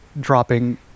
dropping